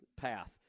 path